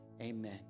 amen